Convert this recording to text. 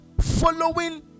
Following